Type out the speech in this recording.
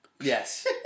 Yes